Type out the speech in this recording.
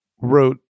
wrote